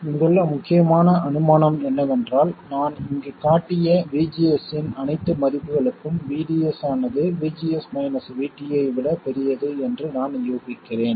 இங்குள்ள முக்கியமான அனுமானம் என்னவென்றால் நான் இங்கு காட்டிய VGS இன் அனைத்து மதிப்புகளுக்கும் VDS ஆனது VGS மைனஸ் VT ஐ விட பெரியது என்று நான் ஊகிக்கிறேன்